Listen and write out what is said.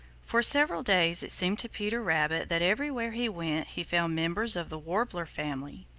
for several days it seemed to peter rabbit that everywhere he went he found members of the warbler family.